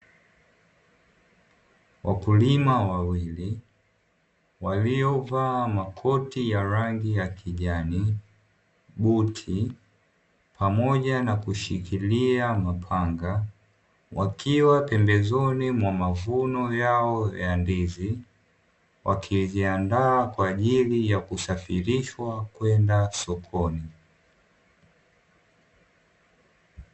Wakulima wawili, waliovaa makoti ya rangi ya kijani, buti, pamoja na kushikilia mapanga wakiwa pembezoni mwa mavuno yao ya ndizi wakiziandaa kwa ajili ya kusafirishwa kwenda sokoni.